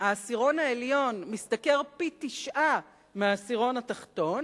העשירון העליון משתכר פי-תשעה מהעשירון התחתון,